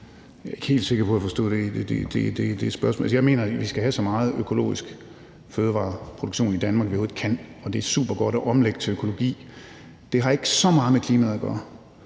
Jeg er ikke helt sikker på, at jeg forstod det spørgsmål. Jeg mener, at vi skal have så meget økologisk fødevareproduktion i Danmark, vi overhovedet kan, og det er supergodt at omlægge til økologi. Det har ikke så meget med klimaet at gøre.